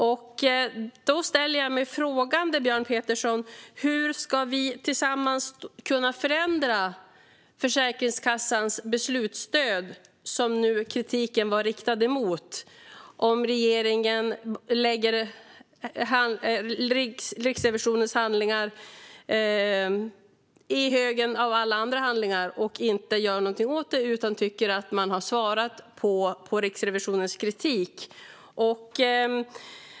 Jag ställer mig därför frågan, Björn Petersson, hur vi tillsammans ska kunna förändra Försäkringskassans beslutsstöd, som kritiken riktades mot, om regeringen lägger Riksrevisionens kritik i högen av alla andra handlingar och inte gör någonting åt det utan tycker att man har svarat på Riksrevisionens kritik.